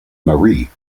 marie